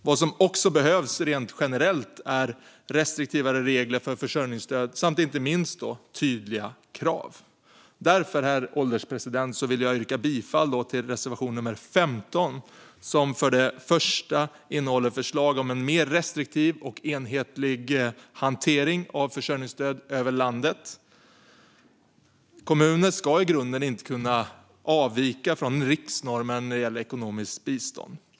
Vad som också behövs rent generellt är mer restriktiva regler för försörjningsstöd samt inte minst tydliga krav. Därför, herr ålderspresident, vill jag yrka bifall till reservation nummer 15, som för det första innehåller förslag om en mer restriktiv och enhetlig hantering av försörjningsstöd över landet. Kommuner ska i grunden inte kunna avvika från riksnormen för ekonomiskt bistånd.